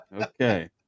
Okay